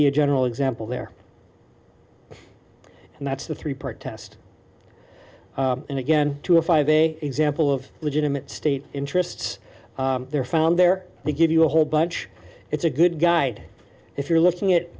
be a general example there and that's the three part test and again to a five big example of legitimate state interests they're found there they give you a whole bunch it's a good guide if you're looking it